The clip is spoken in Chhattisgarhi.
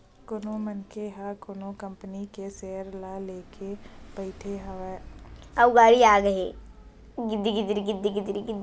कोनो मनखे ह कोनो कंपनी के सेयर ल लेके बइठे हवय अउ ओला कहूँ ओहा बीच म बेचना चाहत हे ता ओला बेच घलो सकत हे